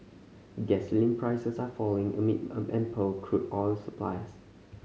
gasoline prices are falling amid ample crude oil supplies